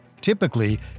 Typically